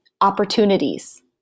opportunities